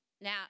Now